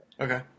Okay